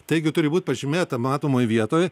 taigi turi būt pažymėta matomoj vietoj